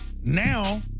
Now